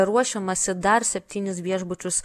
ruošiamasi dar septynis viešbučius